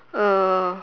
uh